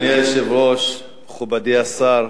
אדוני היושב-ראש, מכובדי השר,